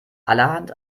allerhand